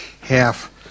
half